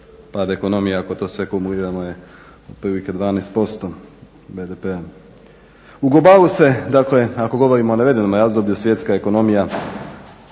pada ekonomija ako to sve kumuliramo je otprilike 12% BDP-a. U globalu se dakle ako govorimo o navedenom razdoblju svjetska ekonomija